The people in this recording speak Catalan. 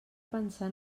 pensar